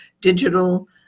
digital